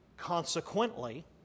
Consequently